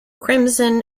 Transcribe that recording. crimson